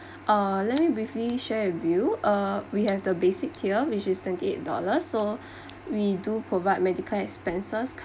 uh let me briefly share with you ah we have the basic here which is twenty eight dollar so we do provide medical expenses